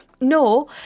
No